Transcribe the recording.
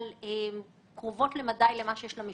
הן קרובות למה שיש למשטרה.